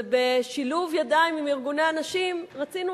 ובשילוב ידיים עם ארגוני הנשים רצינו